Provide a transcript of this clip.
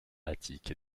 attique